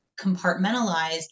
compartmentalized